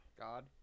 God